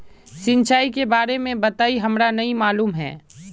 सिंचाई के बारे में बताई हमरा नय मालूम है?